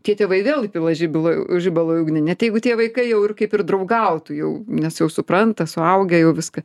tie tėvai dėl įpila žibalo žibalo į ugnį net jeigu tie vaikai jau ir kaip ir draugautų jau nes jau supranta suaugę jau viską